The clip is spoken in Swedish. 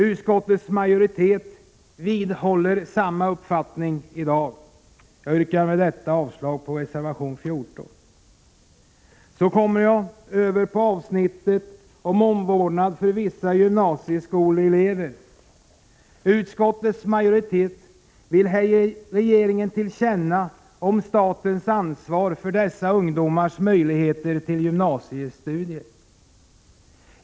Utskottsmajoriteten vidhåller samma uppfattning i dag. Jag yrkar med detta avslag på reservation 14. Så kommer jag över till avsnittet Omvårdnad för vissa gymnasieskolelever. Utskottets majoritet vill här ge regeringen ett tillkännagivande om statens ansvar för dessa ungdomars möjligheter till gymnasiestudier.